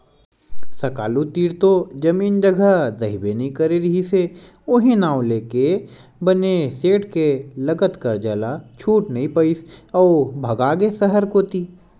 सुकालू तीर तो जमीन जघा रहिबे नइ करे रिहिस हे उहीं नांव लेके बने सेठ के लगत करजा ल छूट नइ पाइस अउ भगागे सहर कोती